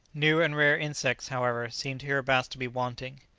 new and rare insects, however, seemed hereabouts to be wanting.